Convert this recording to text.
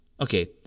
Okay